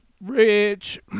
rich